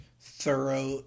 thorough